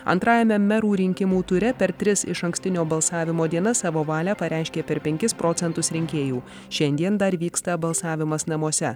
antrajame merų rinkimų ture per tris išankstinio balsavimo dienas savo valią pareiškė per penkis procentus rinkėjų šiandien dar vyksta balsavimas namuose